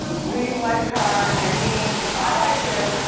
we like her and he, i like him,